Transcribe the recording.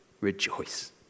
Rejoice